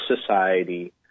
society